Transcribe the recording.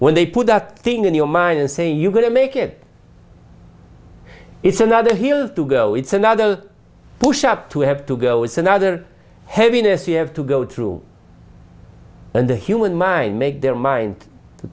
when they put that thing in your mind and say you're going to make it it's another here to go it's another push up to have to go it's another heaviness you have to go through and the human mind make their mind t